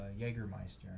Jägermeister